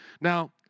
Now